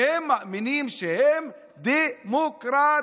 והם מאמינים שהם דמוקרטים.